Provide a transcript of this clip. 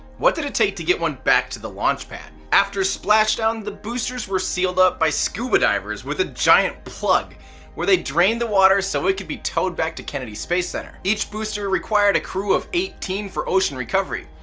what did it take to get one back to the launch pad? after splashdown, the boosters were sealed up by scuba divers with a giant plug where they drained the water so it could be towed back to kennedy space center. each booster required a crew of eighteen for ocean recovery.